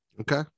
Okay